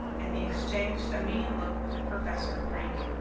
and he exchanged a meaning look with the professor of greek.